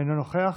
אינו נוכח,